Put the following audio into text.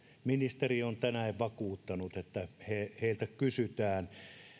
ministeri on tänään vakuuttanut että heiltä kysytään